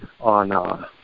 on